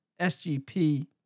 SGP